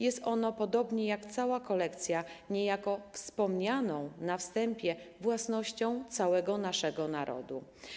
Jest ono, podobnie jak cała kolekcja, niejako wspomnianą na wstępie własnością całego naszego narodu.